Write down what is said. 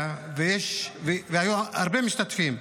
היו הרבה משתתפים,